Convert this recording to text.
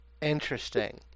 Interesting